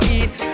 eat